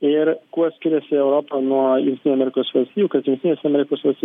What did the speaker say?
ir kuo skiriasi europa nuo jungtinių amerikos valstijų kad jungtinės amerikos vals